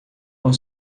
com